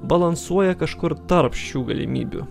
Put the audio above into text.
balansuoja kažkur tarp šių galimybių